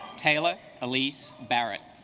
taylor elise barrett